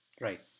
Right